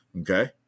okay